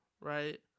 right